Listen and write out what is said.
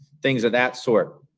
things of that sort,